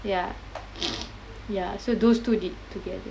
ya ya so those two did together